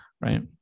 Right